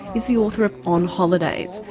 is the author of on holidays,